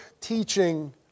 teaching